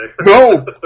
No